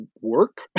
work